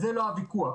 לא על כך הוויכוח.